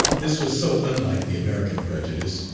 this was so unlike the american prejudice,